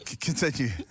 Continue